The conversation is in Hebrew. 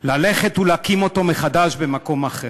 ללכת ולהקים מחדש במקום אחר.